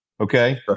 Okay